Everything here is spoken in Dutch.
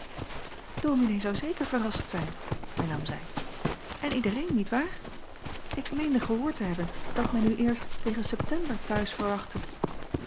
dominee zou zeker verrast zijn hernam zij en iedereen niet waar ik meende gehoord te hebben dat men u eerst tegen september te huis verwachtte